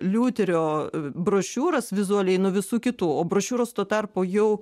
liuterio brošiūras vizualiai nuo visų kitų o brošiūros tuo tarpu jau